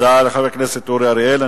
תודה לחבר הכנסת אורי אריאל.